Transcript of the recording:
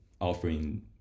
offering